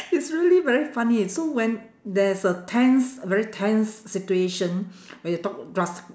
it's really very funny eh so when there's a tense a very tense situation when you talk dras~